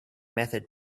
method